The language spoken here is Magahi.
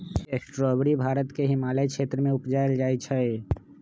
स्ट्रावेरी भारत के हिमालय क्षेत्र में उपजायल जाइ छइ